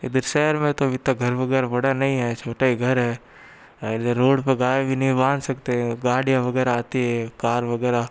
इधर शहर में तो अभी तक घर वगैरह बड़ा नहीं है छोटा ही घर है इधर रोड़ पे गाय भी नहीं बांध सकते गाड़ियां वगैरह आती है कार वगैरह